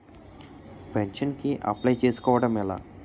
Pension కి apply చేసుకోవడం ఎలా?